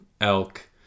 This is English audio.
elk